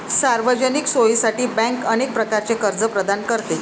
सार्वजनिक सोयीसाठी बँक अनेक प्रकारचे कर्ज प्रदान करते